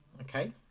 Okay